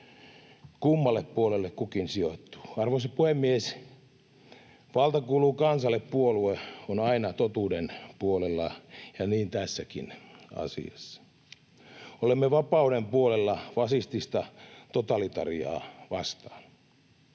kummalle puolelle kukin sijoittuu. Arvoisa puhemies! Valta kuuluu kansalle ‑puolue on aina totuuden puolella — ja niin tässäkin asiassa. Olemme vapauden puolella fasistista totalitariaa vastaan.